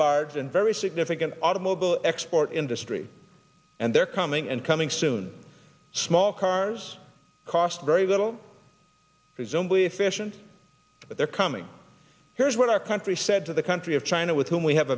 large and very significant automobile export industry and they're coming and coming soon small cars cost very little presumably efficient but they're coming here's what our country said to the country of china with whom we have